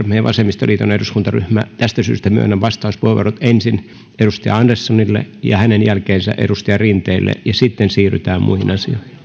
vasemmistoliiton eduskuntaryhmä tästä syystä myönnän vastauspuheenvuoron ensin edustaja anderssonille ja hänen jälkeensä edustaja rinteelle ja sitten siirrytään muihin